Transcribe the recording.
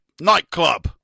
nightclub